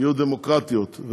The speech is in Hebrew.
יהיו דמוקרטיות,